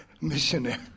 missionary